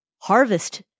harvest